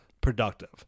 productive